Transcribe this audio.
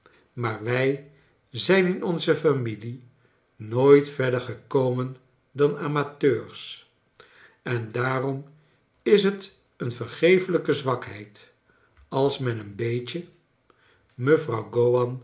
maar wij zijn in onze familie nooit verder gekomen dan amateurs en daarom is het een vergeeflijke zwakheid als men een beetje mevrouw